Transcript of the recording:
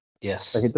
Yes